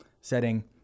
setting